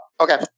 okay